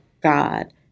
God